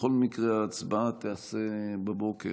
בכל מקרה ההצבעה תיעשה בבוקר.